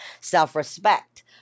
self-respect